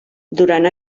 durant